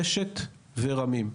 רשת ורמי"ם.